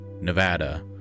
Nevada